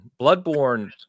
Bloodborne